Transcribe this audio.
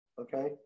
okay